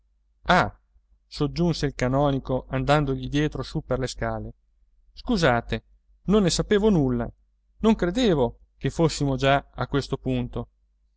soggiunse il canonico andandogli dietro su per le scale scusate non ne sapevo nulla non credevo che fossimo già a questo punto